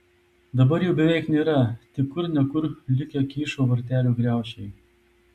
dabar jų beveik nėra tik kur ne kur likę kyšo vartelių griaučiai